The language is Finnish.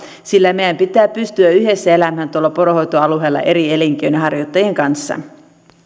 sillä meidän pitää pystyä yhdessä elämään tuolla poronhoitoalueella eri elinkeinonharjoittajien kanssa